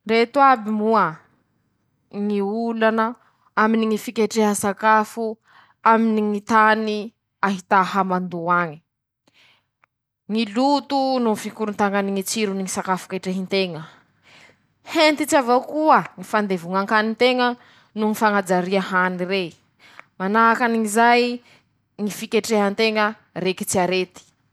Ñy fomba hampiasako ñy hañitsy, hampitombo ñy tsiro noho ñy otrikay añatiny ñy sakafo :ñy fampiasako ñy raha mañitse voa-janahary, manahaky anizay ñy fampiasa ñy sakafo misy tavy ro soa, ñy fampiasako ñy tongolo noho ñy sira voa-janahary ;raha henaniky rezay ro mahasoa ñ'azy.